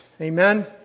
Amen